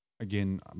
again